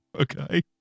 okay